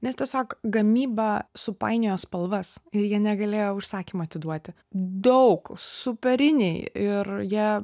nes tiesiog gamyba supainiojo spalvas ir jie negalėjo užsakymo atiduoti daug superiniai ir jie